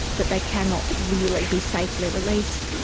that they cannot really be safely released,